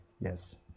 Yes